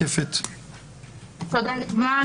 תודה רבה.